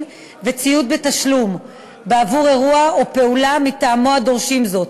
וציוד בתשלום בעבור אירוע או פעולה מטעמו הדורשים זאת.